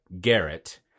Garrett